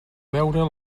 veure